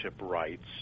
rights